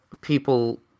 people